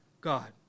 God